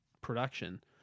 production